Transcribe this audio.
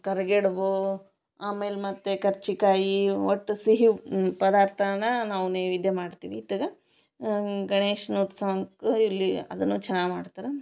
ಕರ್ಗೆಡ್ಬು ಆಮೇಲೆ ಮತ್ತೆ ಕರ್ಜಿಕಾಯಿ ಒಟ್ಟು ಸಿಹಿ ಪದಾರ್ಥನ ನಾವು ನೈವೇದ್ಯ ಮಾಡ್ತೀವಿ ಇತ್ತಗೆ ಗಣೇಶನ ಉತ್ಸವಕ್ಕೆ ಇಲ್ಲಿ ಅದುನ್ನು ಚೆನ್ನಾಗಿ ಮಾಡ್ತರೆ